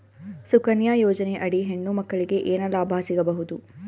ಸುಕನ್ಯಾ ಯೋಜನೆ ಅಡಿ ಹೆಣ್ಣು ಮಕ್ಕಳಿಗೆ ಏನ ಲಾಭ ಸಿಗಬಹುದು?